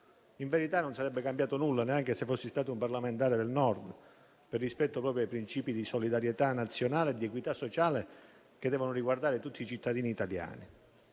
In verità, non sarebbe cambiato nulla, neanche se fossi stato un parlamentare del Nord, per rispetto dei principi di solidarietà nazionale ed equità sociale che devono riguardare tutti i cittadini italiani.